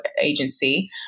Agency